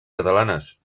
catalanes